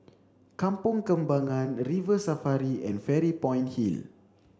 Kampong Kembangan River Safari and Fairy Point Hill